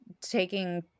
taking